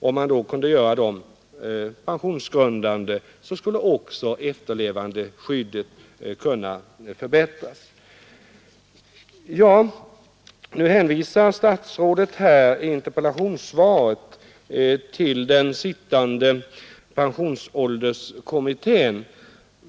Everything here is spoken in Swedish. Om man kunde göra bidraget pensionsgrundande skulle också efterlevandeskyddet kunna förbättras. Nu hänvisar statsrådet i interpellationssvaret till den sittande pensionsålderskommittén.